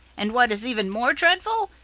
and what is even more dreadful,